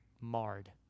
marred